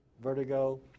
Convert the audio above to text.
vertigo